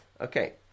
Okay